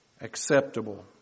acceptable